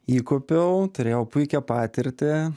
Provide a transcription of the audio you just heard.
įkopiau turėjau puikią patirtį